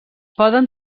poden